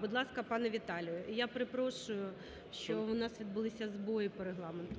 Будь ласка, пане Віталію. Я перепрошую, що у нас відбулися збої по регламенту.